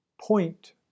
point